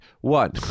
one